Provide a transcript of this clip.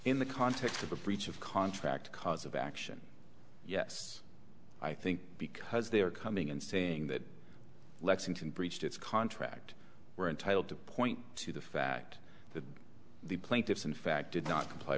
in the context of a breach of contract cause of action yes i think because they are coming and saying that lexington breached its contract we're entitled to point to the fact the plaintiffs in fact did not comply